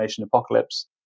apocalypse